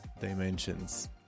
dimensions